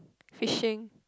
fishing